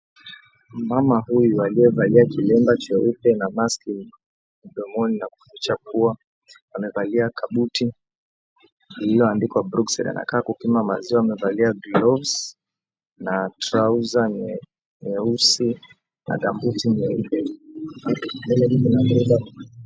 Mama huyu aliyevalia kilembe cheupe na maski mdomoni na kufisha pua, amevalia kabuti lililoandikwa Brookside, anakaa kupima maziwa, amevalia gloves, trouser nyeusi na gambuti nyeupe.